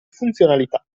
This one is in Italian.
funzionalità